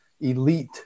elite